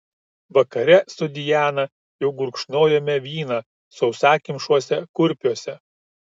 vakare su diana jau gurkšnojome vyną sausakimšuose kurpiuose